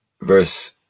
Verse